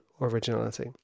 originality